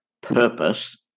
Purpose